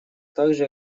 также